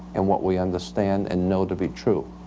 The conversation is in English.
in what we understand and know to be true.